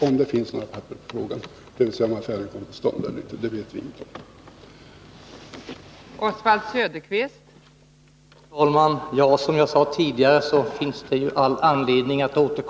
Om det finns några papper i frågan — dvs. om affären kommer till stånd eller inte — det vet vi inget om.